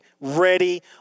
ready